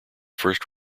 first